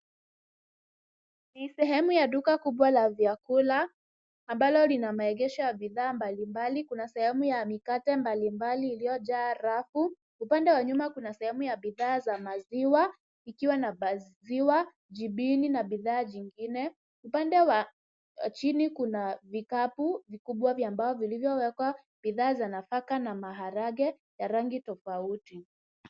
Hii ni sehemu kubwa ya vyakula ambalo lina Maegesho ya bidhaa mbali mbali kuna sehemu ya Mikate mbalimbali iliyojaa rafu. upande wa nyuma kama sehemu iliyo jaa bidhaa za Maziwa ikiwa na Maziwa jibini na bidhaa nyingine. upande wa Chini kuna vikatu vikubwa vya mbao vinvyowekewa bidhaa za nafaka na maharage ya rangi tofauti.